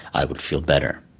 i would feel better?